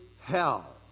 hell